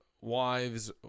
wives